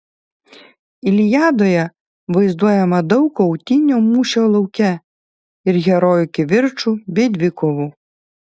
iliadoje vaizduojama daug kautynių mūšio lauke ir herojų kivirčų bei dvikovų